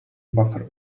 buffer